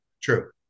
True